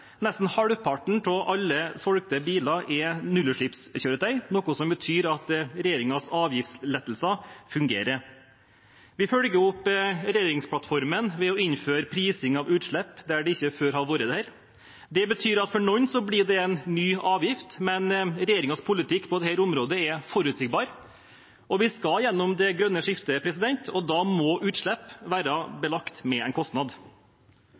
Nesten halvparten av alle solgte biler er nullutslippskjøretøy, noe som betyr at regjeringens avgiftslettelser fungerer. Vi følger opp regjeringsplattformen ved å innføre prising av utslipp der det ikke før har vært det. Det betyr at for noen blir det en ny avgift, men regjeringens politikk på dette området er forutsigbar. Vi skal gjennom det grønne skiftet, og da må utslipp være belagt med en kostnad.